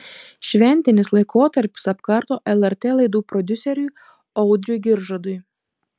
šventinis laikotarpis apkarto lrt laidų prodiuseriui audriui giržadui